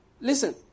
listen